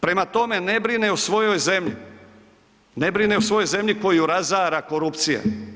Prema tome, ne brine o svojoj zemlji, ne brine o svojoj zemlji koju razara korupcija.